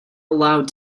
allowed